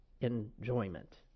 enjoyment